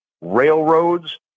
railroads